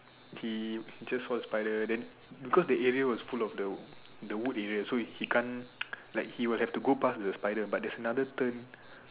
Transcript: he just saw the spider then because the area was full of the the wood area so he can't like he will have to go past the spider but there's another turn